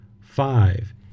five